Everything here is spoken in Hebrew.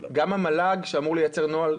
גם המל"ג שאמור לייצר נוהל.